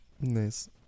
Nice